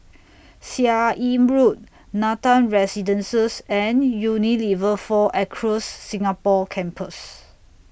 Seah Im Road Nathan Residences and Unilever four Acres Singapore Campus